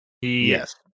Yes